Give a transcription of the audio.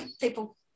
people